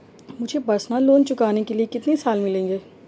मुझे personal loan चुकाने के लिए कितने साल मिलेंगे?